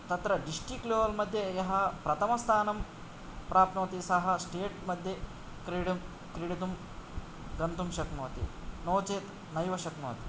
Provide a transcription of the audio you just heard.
तत्र district level मध्ये यः प्रथम स्थानं प्राप्नोति सः स्टेट् मध्ये क्रीडुं क्रीडितुं गन्तुं शक्नोति नो चेत् नैव शक्नोति